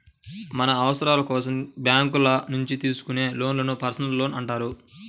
మన అవసరాల కోసం బ్యేంకుల నుంచి తీసుకునే లోన్లను పర్సనల్ లోన్లు అంటారు